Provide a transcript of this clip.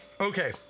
Okay